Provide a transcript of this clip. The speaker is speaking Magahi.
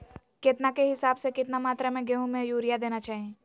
केतना के हिसाब से, कितना मात्रा में गेहूं में यूरिया देना चाही?